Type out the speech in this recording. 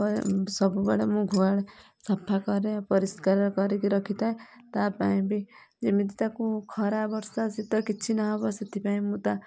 ସବୁବେଳେ ମୁଁ ଗୁହାଳରେ ସଫା କରେ ପରିଷ୍କାର କରିକି ରଖିଥାଏ ତା ପାଇଁ ବି ଯେମିତି ତାକୁ ଖରା ବର୍ଷା ଶୀତ କିଛି ନ ହେବ ସେଥିପାଇଁ ମୁଁ ତା